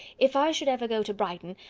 if i should ever go to brighton,